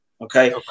Okay